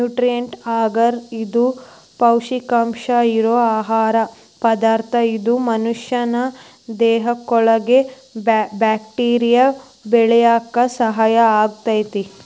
nutrient ಅಗರ್ ಇದು ಪೌಷ್ಟಿಕಾಂಶ ಇರೋ ಆಹಾರ ಪದಾರ್ಥ ಇದು ಮನಷ್ಯಾನ ದೇಹಕ್ಕಒಳ್ಳೆ ಬ್ಯಾಕ್ಟೇರಿಯಾ ಬೆಳ್ಯಾಕ ಸಹಾಯ ಆಗ್ತೇತಿ